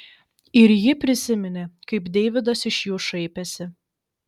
ir ji prisiminė kaip deividas iš jų šaipėsi